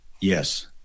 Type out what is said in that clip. Yes